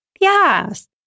Yes